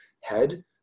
head